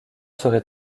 serait